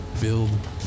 Build